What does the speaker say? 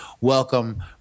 welcome